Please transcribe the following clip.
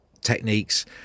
techniques